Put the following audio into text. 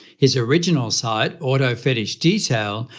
his original site, auto fetish detail,